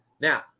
Now